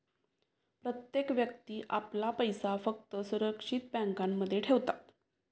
प्रत्येक व्यक्ती आपला पैसा फक्त सुरक्षित बँकांमध्ये ठेवतात